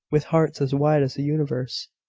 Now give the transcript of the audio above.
with hearts as wide as the universe,